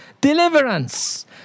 deliverance